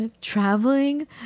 Traveling